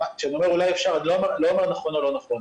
כשאני אומר 'אולי אפשר' אני אומר אם זה נכון או לא נכון.